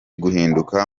guhinduka